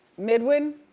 midwin,